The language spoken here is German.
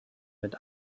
mit